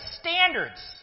standards